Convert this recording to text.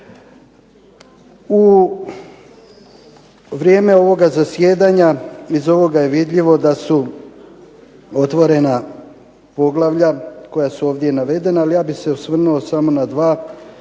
U vrijeme ovog zasjedanja iz ovoga je vidljivo da su otvorena poglavlja koja su ovdje navedena, ali ja bih se osvrnuo samo na dva.